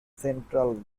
central